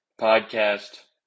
Podcast